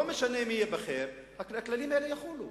לא משנה מי ייבחר, הכללים האלה יחולו,